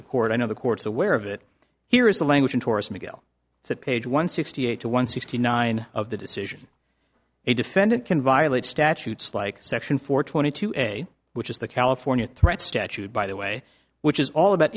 the court i know the court's aware of it here is the language of horace mcgill it's at page one sixty eight to one sixty nine of the decision a defendant can violate statutes like section four twenty two which is the california threat statute by the way which is all about